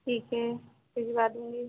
ठीक है भिजवा देंगे